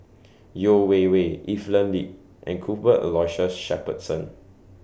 Yeo Wei Wei Evelyn Lip and Cuthbert Aloysius Shepherdson